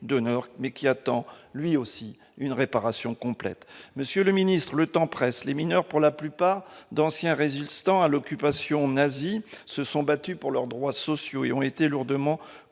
d'honneur mais qui attend lui aussi une réparation complète, monsieur le Ministre, le temps presse, les mineurs pour la plupart d'anciens résistants à l'occupation nazie, se sont battus pour leurs droits sociaux et ont été lourdement